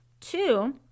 Two